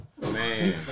Man